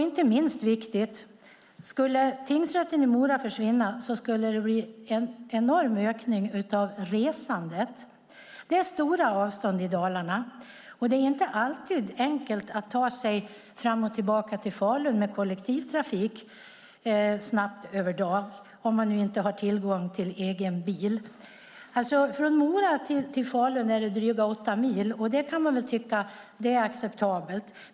Inte minst viktigt är att det skulle det bli en enorm ökning av resandet om tingsrätten i Mora skulle försvinna. Det är stora avstånd i Dalarna, och det är inte alltid enkelt att ta sig fram och tillbaka till Falun med kollektivtrafik, snabbt över dagen, om man inte har tillgång till egen bil. Från Mora till Falun är det drygt 8 mil. Det kan man väl tycka är acceptabelt.